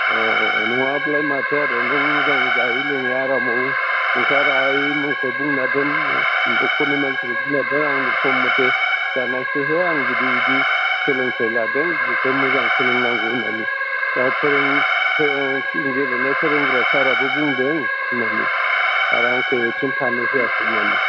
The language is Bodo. अ नङाबालाय माथो आरो नों मोजां जायै लोंयै आरामाव ओंखार आइ मोनखौ बुंना दोन न'खरनि मानसिनो बिमा बिफाखो आंनो सम मथे जानायखो हो आं बिदि बिदि सोलोंथाइ लादों बिखो मोजां सोलोंनांगौ होननानै दा फोरों फोरोंगिरि गेलेग्रा फोरोंग्रा सार आबो बुंदों होननानै आरो आंखो एबसेन्ट थानो होआखै होननानै